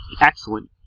excellent